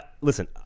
listen